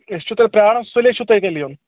أسۍ چھُ تۄہہِ پیاران سُلے چھُ تیٚلہِ یُن